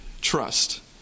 trust